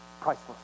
Priceless